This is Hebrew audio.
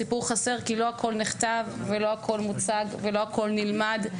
הוא סיפור חסר כי לא הכל נכתב; לא הכל מוצג; לא הכל נלמד.